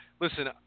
listen